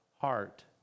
heart